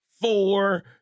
four